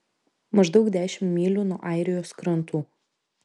maždaug dešimt mylių nuo airijos krantų